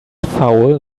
foul